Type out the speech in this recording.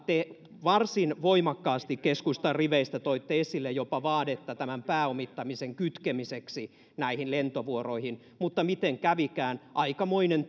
te varsin voimakkaasti keskustan riveistä toitte esille jopa vaadetta tämän pääomittamisen kytkemiseksi näihin lentovuoroihin mutta miten kävikään aikamoinen